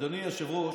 אדוני היושב-ראש,